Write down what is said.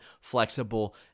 flexible